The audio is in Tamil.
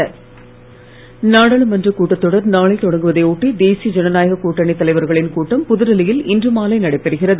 பிஜேபி கூட்டம் நாடாளுமன்றக் கூட்டத் தொடர் நாளை தொடங்குவதை ஒட்டி தேசிய ஜனநாயக கூட்டணித் தலைவர்களின் கூட்டம் புதுடெல்லியில் இன்று மாலை நடைபெறுகிறது